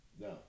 No